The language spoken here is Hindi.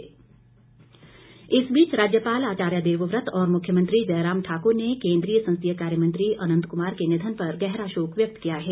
शोक इस बीच राज्यपाल आचार्य देवव्रत और मुख्यमंत्री जयराम ठाकुर ने केंद्रीय संसदीय कार्य मंत्री अनंत कुमार के निधन पर गहरा शोक व्यक्त किया है